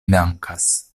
dankas